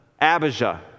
Abijah